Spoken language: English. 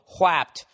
whapped